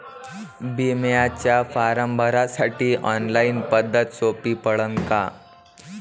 बिम्याचा फारम भरासाठी ऑनलाईन पद्धत सोपी पडन का?